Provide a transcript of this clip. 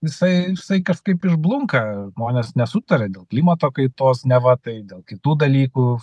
jisai jisai kažkaip išblunka žmonės nesutaria dėl klimato kaitos neva tai dėl kitų dalykų